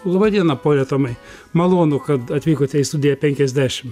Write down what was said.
laba diena pone tomai malonu kad atvykote į studiją penkiasdešim